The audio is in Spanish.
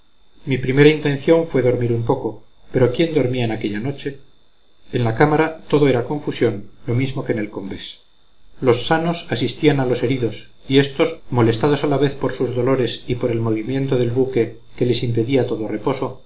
mi primera intención fue dormir un poco pero quién dormía en aquella noche en la cámara todo era confusión lo mismo que en el combés los sanos asistían a los heridos y éstos molestados a la vez por sus dolores y por el movimiento del buque que les impedía todo reposo